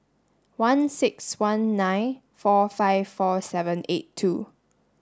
one six one nine four five four seven eight two